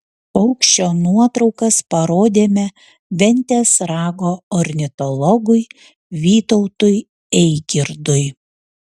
paukščio nuotraukas parodėme ventės rago ornitologui vytautui eigirdui